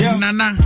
nana